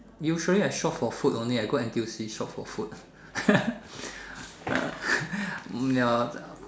usually I shop for food only I go N_T_U_C shop for food uh